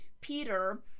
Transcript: Peter